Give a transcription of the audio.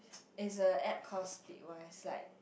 it's a App called Splitwise like